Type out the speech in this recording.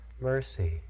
mercy